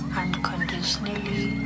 unconditionally